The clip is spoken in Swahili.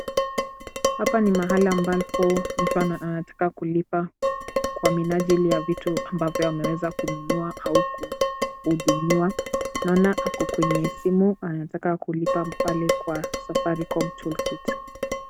Hapa ni mahala ambapo mtu anataka kulipa kwa minajili ya vitu ambavyo ameweza kununua au kuhudumiwa. Naona ako kwenye simu anataka kulipa pale kwa Safaricom toolkit .